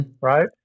Right